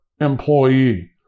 employee